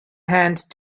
hand